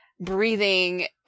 breathing